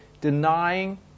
denying